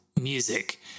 Music